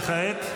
וכעת?